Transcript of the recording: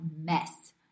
mess